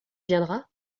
viendra